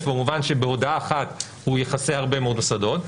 במובן שבהודעה אחת הוא יכסה הרבה מאוד מוסדות,